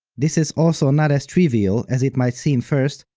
this is also not as trivial as it might seem first,